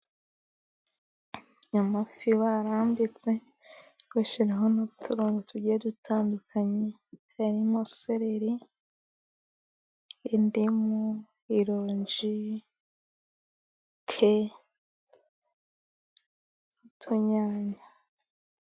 Amafi barambitse, bashiraho n'uturungo tujyiye dutandukanye harimo: sereri, indimu, irongi, te, n'utunyanya.